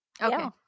Okay